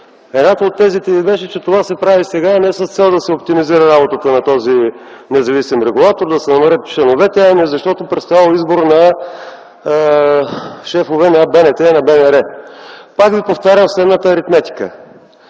Едната от тезите ви беше, че това се прави сега не с цел ад се оптимизира работата на този независим регулатор, да се намалят членовете, защото предстоял избор на шефове на БНТ и на БНР. Пак ви повтарям следната аритметика: